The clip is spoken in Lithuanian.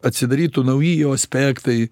atsidarytų nauji jo aspektai